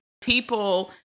people